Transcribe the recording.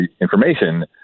information